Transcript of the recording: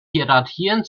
hierarchien